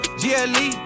gle